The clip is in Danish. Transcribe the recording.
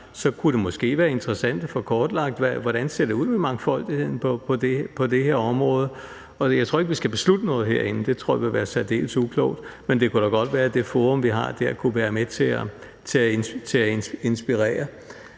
måske kunne være interessant at få kortlagt, hvordan det ser ud med mangfoldigheden på det her område. Jeg tror ikke, vi skal beslutte noget herinde, det tror jeg vil være særdeles uklogt, men det kan da godt være, at det forum, vi har der, kunne være med til at inspirere.